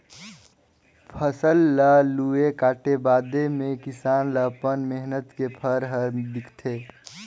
फसल ल लूए काटे बादे मे किसान ल अपन मेहनत के फर हर दिखथे